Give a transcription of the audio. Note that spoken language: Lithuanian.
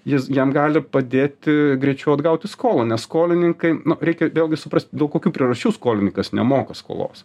jis jam gali padėti greičiau atgauti skolą nes skolininkai nu reikia vėlgi suprast dėl kokių priežasčių skolininkas nemoka skolos